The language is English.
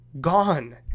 gone